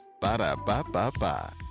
Ba-da-ba-ba-ba